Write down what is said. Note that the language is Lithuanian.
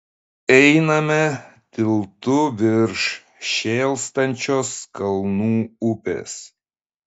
einame tiltu virš šėlstančios kalnų upės